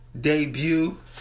debut